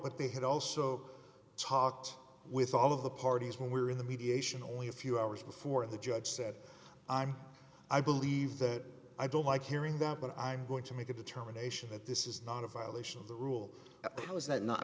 but they had also talked with all of the parties when we were in the mediation only a few hours before the judge said i'm i believe that i don't like hearing that but i'm going to make a determination that this is not a violation of the rule how is that